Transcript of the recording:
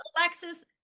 alexis